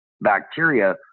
bacteria